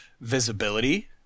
visibility